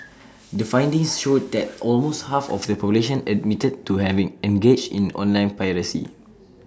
the findings showed that almost half of the population admitted to having engaged in online piracy